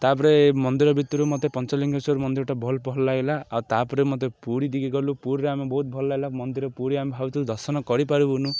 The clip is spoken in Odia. ତା'ପରେ ମନ୍ଦିର ଭିତରୁ ମତେ ପଞ୍ଚଲିିଙ୍ଗେଶ୍ୱର ମନ୍ଦିରଟା ଭଲ ଭଲ ଲାଗିଲା ଆଉ ତା'ପରେ ମତେ ପୁରୀଟିକୁ ଗଲୁ ପୁରୀରେ ଆମେ ବହୁତ ଭଲ ଲାଗିଲା ମନ୍ଦିର ପୁରୀ ଆମେ ଭାବୁଥିଲୁ ଦର୍ଶନ କରିପାରିବୁନୁ